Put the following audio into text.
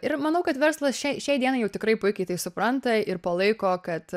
ir manau kad verslas šiai šiai dienai jau tikrai puikiai tai supranta ir palaiko kad